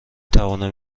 توانم